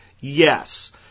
Yes